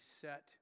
set